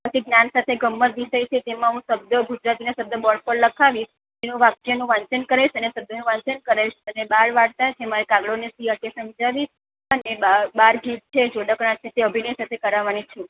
અને જ્ઞાન સાથે ગમ્મત વિષય છે તેમાં હું શબ્દ ગુજરાતીના શબ્દ બોર્ડ પર લખાવીશ એનું વાક્યનું વાંચન કરાવીશ અને શબ્દોનું વાંચન કરાવીશ અને બાળવાર્તા છે એમાં કાગડો કે શિયાળ તે સમજાવીશ અને બાળગીત છે જોડકણા છે તે અભિનય સાથે કરાવવાની છું